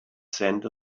scent